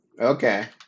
okay